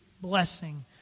blessing